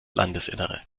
landesinnere